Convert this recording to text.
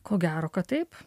ko gero kad taip